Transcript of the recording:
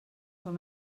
són